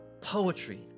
poetry